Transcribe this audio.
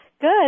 Good